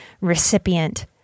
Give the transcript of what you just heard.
recipient